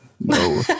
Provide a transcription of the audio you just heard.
No